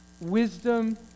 wisdom